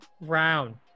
round